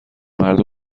مردم